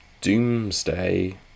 Doomsday